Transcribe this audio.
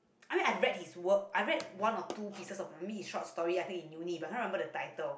I mean I read his work I read one or two pieces of maybe his short stories I think in uni but I can't remember the title